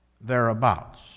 thereabouts